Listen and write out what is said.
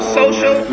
social